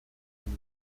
and